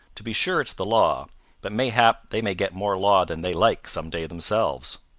to be sure it's the law but mayhap they may get more law than they like some day themselves.